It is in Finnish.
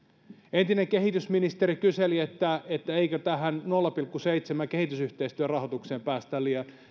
entinen kehitysministeri kyseli että eikö tähän nolla pilkku seitsemän kehitysyhteistyörahoitukseen päästä